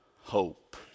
hope